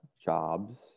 jobs